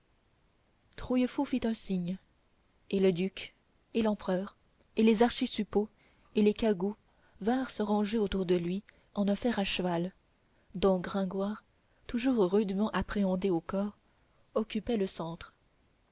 trouillefou fit un signe et le duc et l'empereur et les archisuppôts et les cagoux vinrent se ranger autour de lui en un fer à cheval dont gringoire toujours rudement appréhendé au corps occupait le centre